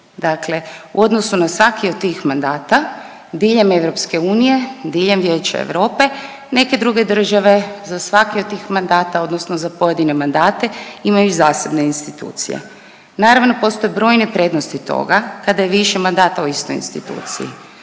Dakle, u odnosu na svaki od tih mandata diljem EU, diljem Vijeća Europe neke druge države za svaki od tih mandata, odnosno za pojedine mandate imaju zasebne institucije. Naravno postoje brojne prednosti toga kada je više mandata u istoj instituciji.